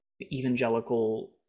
evangelical